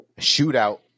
shootout